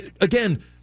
Again